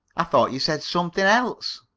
i thought you said something else.